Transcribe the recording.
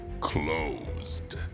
closed